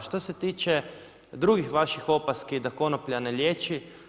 Što se tiče drugih vaših opaski da konoplja ne liječi.